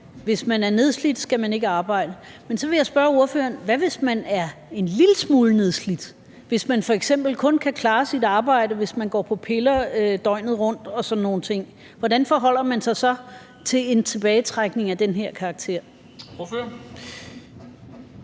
Hvis man er nedslidt, skal man ikke arbejde. Men så vil jeg spørge ordføreren: Hvad, hvis man er en lille smule nedslidt – hvis man f.eks. kun kan klare sit arbejde, hvis man går på piller døgnet rundt og sådan nogle ting? Hvordan forholder ordføreren sig så til en tilbagetrækning af den her karakter? Kl.